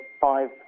five